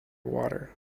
water